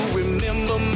remember